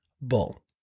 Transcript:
Bull